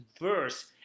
verse